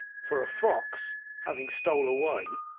for a fox having stole away,